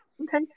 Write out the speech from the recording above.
Okay